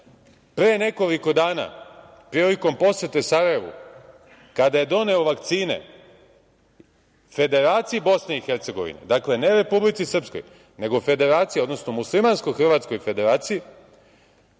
Pre nekoliko dana, prilikom posete Sarajevu, kada je doneo vakcine Federaciji Bosni i Hercegovini, dakle, ne Republici Srpskoj, nego Federaciji, odnosno muslimansko-hrvatskoj Federaciji,